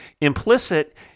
implicit